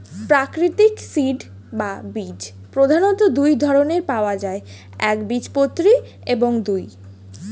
প্রাকৃতিক সিড বা বীজ প্রধানত দুই ধরনের পাওয়া যায় একবীজপত্রী এবং দুই